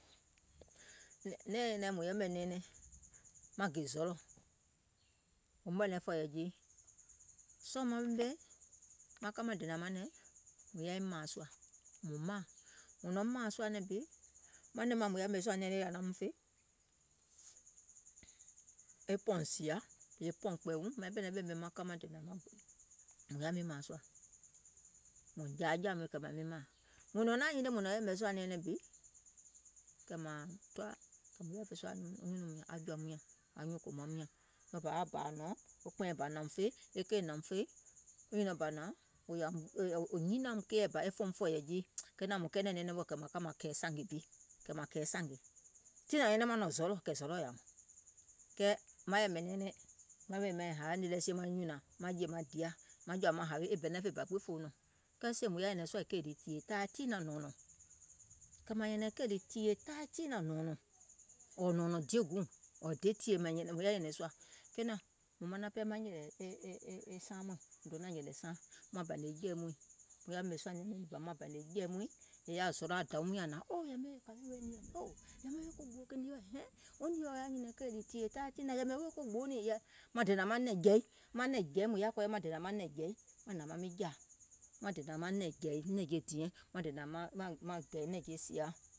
Nɛ̀ɛŋ nyɛnɛŋ mùŋ yɛmɛ̀ nɛɛnɛŋ maŋ gè zɔlɔ̀ èum ɓɛ̀nɛ̀ŋ fɔ̀ɔ̀yɛ̀ jii, sɔɔ̀ maiŋ ɓemè maŋ ka maŋ dènȧŋ manɛ̀ŋ mùŋ yȧiŋ mȧaŋ sùȧ, mùŋ maȧŋ, mùŋ nɔ̀ŋ mȧȧŋ sùȧ nɛ̀ŋ bi, manɛ̀ŋ maŋ mùŋ yaȧ ɓèmè sùȧ nɛɛnɛŋ lii ȧŋ naum fè, e pɔ̀ùŋ zììyȧ, pɔ̀ùŋ kpɛ̀ɛ̀ùŋ, màiŋ ɓɛ̀nɛ̀ŋ ɓème maŋ ka maŋ dènȧŋ manɛ̀ŋ mùŋ yȧ mìŋ mȧaŋ sùȧ, e kpɛ̀ɛŋ bȧ hnȧùm feìŋ, e keì hnȧùm feìŋ, wo nyùnɔ̀ɔŋ bȧ hnȧŋ wò nyiniȧm keiɛ̀ bȧ e fòom fɔ̀ɔ̀yɛ̀ jii, kenȧŋ mùŋ kɛɛnɛ̀ŋ nɛɛnɛŋ mɔ̀ɛ̀ kɛ̀ mȧŋ ka mȧŋ kɛ̀ɛ̀ sȧngè bi, mȧŋ kɛ̀ɛ̀ sȧngè, tiŋ nȧŋ nyɛnɛŋ maŋ nɔ̀ŋ zɔlɔ̀, kɛ̀ zɔlɔ̀ yȧùm, kɛɛ maŋ yɛ̀mɛ̀ nɛɛnɛŋ, maiŋ ɓemè maiŋ haȧ nìì lɛ sie maŋ nyùnȧŋ maŋ jè maŋ diȧ maŋ jɔ̀ȧ maŋ hawe e benefit gbiŋ fòo nɔ̀ŋ, kɛɛ sèè mùŋ yaȧ nyɛ̀nɛ̀ŋ sùȧ kèì ɗì tìyèe taai tiinȧŋ nɔ̀ɔ̀nɔ̀ŋ, kɛ̀ mȧŋ nyɛ̀nɛ̀ŋ kèì ɗì tìyèe taai tiinȧŋ nɔ̀ɔ̀nɔ̀ŋ, ɔ̀ɔ̀ nɔ̀ɔ̀nɔ̀ŋ dièguùŋ ɔ̀ɔ̀ nɔ̀ɔ̀nɔ̀ŋ le tìyèe, mùŋ yȧiŋ nyɛ̀nɛ̀ŋ sùȧ, kenȧŋ mùŋ mɔnɔŋ pȧȧ maŋ nyɛ̀lɛ̀ e saaŋ mɔɛ̀ŋ, mùŋ donȧŋ nyɛ̀lɛ̀ saaŋ maŋ bȧnè jɛ̀i muìŋ, mùŋ yaȧ ɓèmè sùȧ nɛɛnɛŋ lii maŋ bȧnè jɛ̀i muìŋ, è yaȧ zɔlɔ̀ maŋ dènȧŋ manɛ̀ŋ jɛ̀i, nɛ̀ŋ jɛ̀i, mùŋ yaȧ kɔɔyɛ maŋ dènȧŋ manɛ̀ŋ jɛ̀i, maŋ dènȧŋ maŋ gɛ̀ì nɛ̀ŋje sìa,